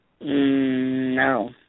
No